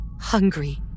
hungry